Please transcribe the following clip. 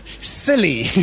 silly